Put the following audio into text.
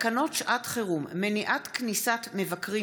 תקנות שעת חירום (מניעת כניסת מבקרים